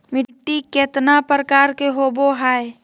मिट्टी केतना प्रकार के होबो हाय?